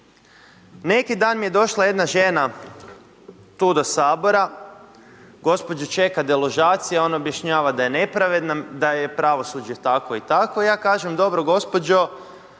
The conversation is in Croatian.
Neki dan mi je došla jedna žena tu do Sabora, gospođu čeka deložacija, ona objašnjava da je nepravedna, da je pravosuđe takvo i takvo, ja kažem dobro gospođo